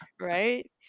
Right